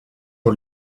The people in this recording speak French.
aux